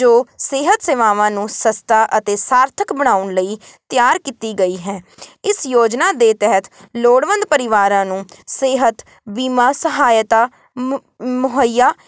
ਜੋ ਸਿਹਤ ਸੇਵਾਵਾਂ ਨੂੰ ਸਸਤਾ ਅਤੇ ਸਾਰਥਕ ਬਣਾਉਣ ਲਈ ਤਿਆਰ ਕੀਤੀ ਗਈ ਹੈ ਇਸ ਯੋਜਨਾ ਦੇ ਤਹਿਤ ਲੋੜਵੰਦ ਪਰਿਵਾਰਾਂ ਨੂੰ ਸਿਹਤ ਬੀਮਾ ਸਹਾਇਤਾ ਮ ਮੁਹੱਈਆ